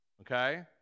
Okay